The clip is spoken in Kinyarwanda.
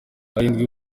arindwi